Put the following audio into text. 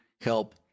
help